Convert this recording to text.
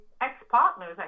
ex-partners